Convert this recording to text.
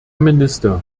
minister